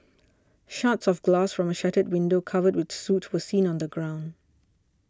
shards of glass from a shattered window covered with soot were seen on the ground